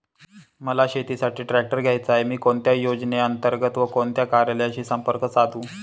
मला शेतीसाठी ट्रॅक्टर घ्यायचा आहे, मी कोणत्या योजने अंतर्गत व कोणत्या कार्यालयाशी संपर्क साधू?